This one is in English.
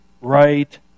Right